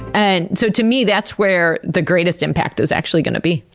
and so to me that's where the greatest impact is actually gonna be.